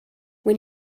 when